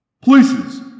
Places